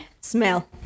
smell